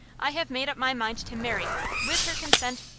i have made up my mind to marry her with her consent,